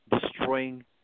destroying